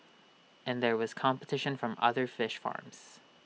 and there was competition from other fish farms